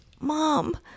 Mom